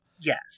Yes